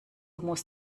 muss